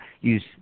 use